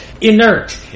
inert